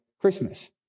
Christmas